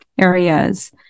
areas